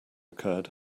occurred